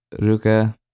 ruka